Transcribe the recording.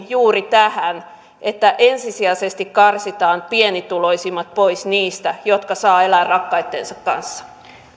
juuri tähän että ensisijaisesti karsitaan pienituloisimmat pois niistä jotka saavat elää rakkaittensa kanssa